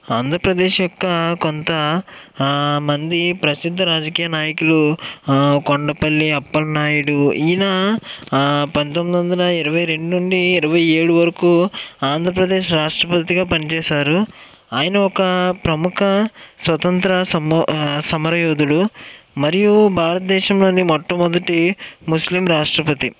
ఆంధ్రప్రదేశ్ యొక్క కొంత మంది ప్రసిద్ధ రాజకీయ నాయకులు కొండపల్లి అప్పలనాయుడు ఈయన పంతొమ్మిది వందల ఇరవై రెండు నుండి ఇరవై ఏడు వరకు ఆంధ్రప్రదేశ్ రాష్ట్రపతిగా పనిచేశారు ఆయన ఒక ప్రముఖ స్వతంత్ర సమ సమరయోధులు మరియు భారతదేశంలోని మొట్టమొదటి ముస్లిం రాష్ట్రపతి